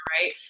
right